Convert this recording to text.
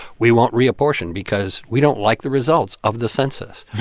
we won't reapportion because we don't like the results of the census.